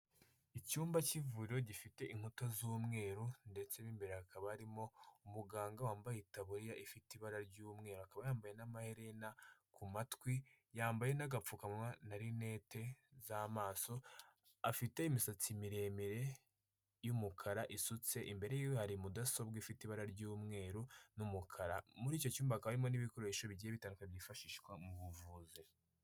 Icyumba cy'ivuriro gifite inkuta z'umweru ndetse mo imbere hakaba harimo umuganga wambaye itaburiya ifite ibara ry'umweru, akaba yambaye n'amaherena ku matwi, yambaye n'agapfukama na rinete z'amaso, afite imisatsi miremire y'umukara isutse, imbere yiwe hari mudasobwa ifite ibara ry'umweru n'umukara. Muri icyo cyumba hakaba harimo n' ibikoresho bigiye bitandukanye byifashishwa mu buvuzi.